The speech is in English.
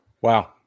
Wow